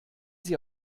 sie